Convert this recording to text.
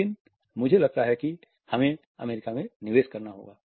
लेकिन मुझे लगता है कि हमें अमेरिका में निवेश करना होगा